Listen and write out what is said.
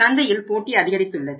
சந்தையில் போட்டி அதிகரித்துள்ளது